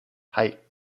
hei